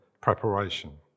preparation